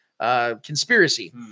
conspiracy